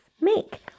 make